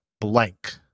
Blank